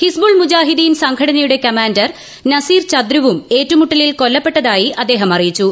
ഹിസ്ബുൾ മുജാഹിദ്ദീൻ സംഘടനയുടെ കമാൻഡർ നസീർ ചദ്രുവും ഏറ്റുമുട്ടലിൽ കൊല്ലപ്പെട്ടതായി അദ്ദേഹം അറിയിച്ചു